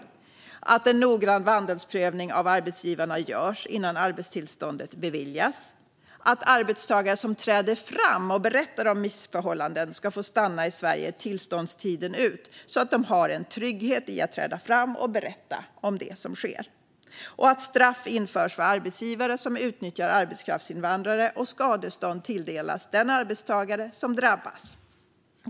För det fjärde ska en noggrann vandelsprövning av arbetsgivarna göras innan arbetstillstånd beviljas. För det femte ska arbetstagare som träder fram och berättar om missförhållanden få stanna i Sverige tillståndstiden ut, så att de har en trygghet i att träda fram och berätta om det som sker. För det sjätte ska straff införas för arbetsgivare som utnyttjar arbetskraftsinvandrare och skadestånd tilldelas den arbetstagare som drabbas.